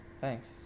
Thanks